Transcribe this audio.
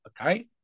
okay